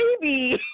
baby